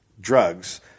drugs